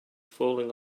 falling